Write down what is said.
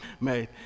made